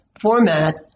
format